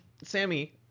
Sammy